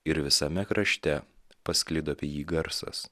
ir visame krašte pasklido apie jį garsas